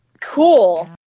Cool